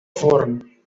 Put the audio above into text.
forn